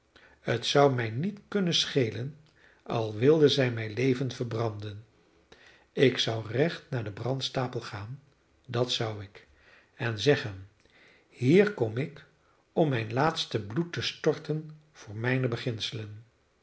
het zou mij niet kunnen schelen al wilden zij mij levend verbranden ik zou recht naar den brandstapel gaan dat zou ik en zeggen hier kom ik om mijn laatste bloed te storten voor mijne